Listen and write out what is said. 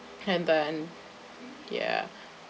and then ya